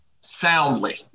soundly